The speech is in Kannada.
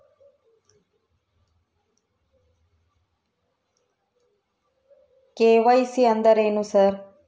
ಕೆ.ವೈ.ಸಿ ಅಂದ್ರೇನು ಸರ್?